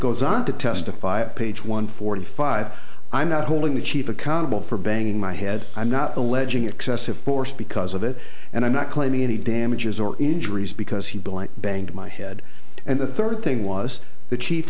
goes on to testify at page one forty five i'm not holding the chief accountable for banging my head i'm not alleging excessive force because of it and i'm not claiming any damages or injuries because he banged my head and the third thing was the chief